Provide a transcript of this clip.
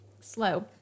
slow